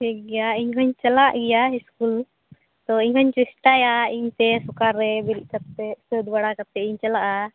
ᱴᱷᱤᱠ ᱜᱮᱭᱟ ᱤᱧ ᱦᱚᱸᱧ ᱪᱟᱞᱟᱜ ᱜᱮᱭᱟ ᱤᱥᱠᱩᱞ ᱛᱚ ᱤᱧ ᱦᱚᱸᱧ ᱪᱮᱥᱴᱟᱭᱟ ᱤᱧ ᱛᱮ ᱥᱚᱠᱟᱞ ᱨᱮ ᱵᱮᱨᱮᱫ ᱠᱟᱛᱮ ᱥᱟᱹᱛ ᱵᱟᱲᱟ ᱠᱟᱛᱮ ᱤᱧ ᱪᱟᱞᱟᱜᱼᱟ